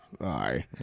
Aye